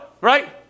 right